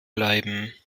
bleiben